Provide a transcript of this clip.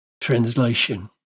translation